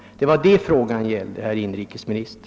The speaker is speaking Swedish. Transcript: Det var detta frågan gällde, herr inrikesminister.